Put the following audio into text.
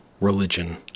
religion